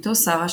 בתו שרה,